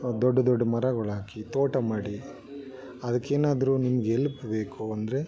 ದೊಡ್ಡ ದೊಡ್ಡ ಮರಗಳು ಹಾಕಿ ತೋಟ ಮಾಡಿ ಅದಕ್ಕೇನಾದ್ರೂ ನಿಮ್ಗೆ ಎಲ್ಪ್ ಬೇಕು ಅಂದರೆ